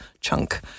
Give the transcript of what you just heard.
chunk